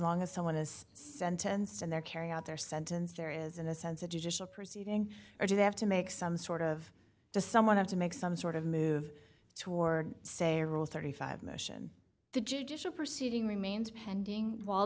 long as someone is sentenced and they're carrying out their sentence there is in a sense a judicial proceeding or do they have to make some sort of does someone have to make some sort of move toward say or rule thirty five mission the judicial proceeding remains pending w